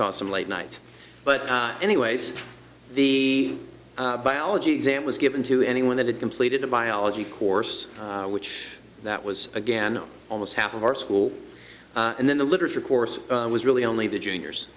because some late night but anyways the biology exam was given to anyone that had completed a biology course which that was again almost half of our school and then the literature course was really only the juniors